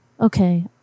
Okay